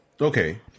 Okay